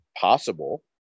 possible